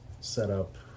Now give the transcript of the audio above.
setup